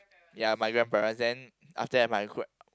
ya my grandparents then after that my gra~